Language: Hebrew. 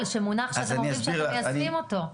שמונח שאתם אומרים שאתם מיישמים אותו,